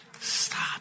Stop